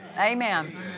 Amen